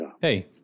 Hey